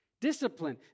Discipline